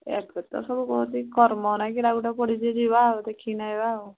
ଏବେ ତ ସବୁ କହୁଛି କର୍ମ ନା କିରା ଗୋଟା ପଡ଼ିଛି ଯିବା ଆଉ ଦେଖିକି ନା ଆଇବା ଆଉ